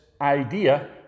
idea